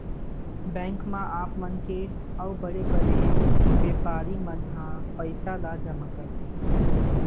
bank म आम मनखे अउ बड़े बड़े बेपारी मन ह पइसा ल जमा करथे